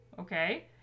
Okay